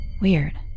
weird